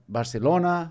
Barcelona